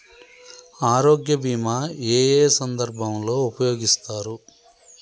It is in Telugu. ఆరోగ్య బీమా ఏ ఏ సందర్భంలో ఉపయోగిస్తారు?